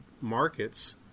markets